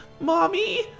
Mommy